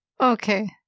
Okay